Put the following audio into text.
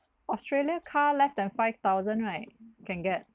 australia car less than five thousand right can get